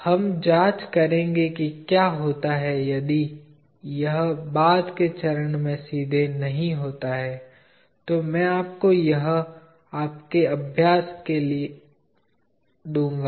हम जांच करेंगे कि क्या होता है यदि यह बाद के चरण में सीधे नहीं होता है तो मैं आपको यह आपके लिए एक अभ्यास के रूप में दूंगा